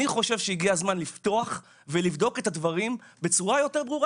אני חושב שהגיע הזמן לפתוח ולבדוק את הדברים בצורה יותר ברורה,